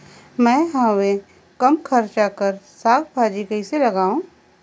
मैं हवे कम खर्च कर साग भाजी कइसे लगाव?